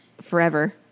forever